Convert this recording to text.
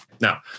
Now